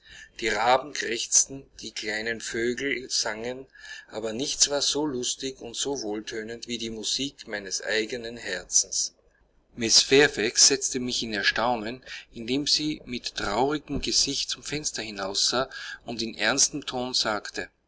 die raben krächzten die kleinen vögel sangen aber nichts war so lustig und so wohltönend wie die musik meines eigenen herzens mrs fairfax setzte mich in erstaunen indem sie mit traurigem gesicht zum fenster hinaussah und in ernstem ton sagte